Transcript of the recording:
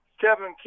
kevin